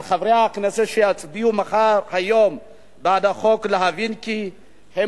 "על חברי הכנסת שיצביעו היום בעד החוק להבין כי הם